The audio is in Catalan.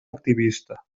activista